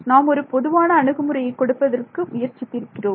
நாம் ஒரு பொதுவான அணுகுமுறையை கொடுப்பதற்கு முயற்சிக்கிறோம்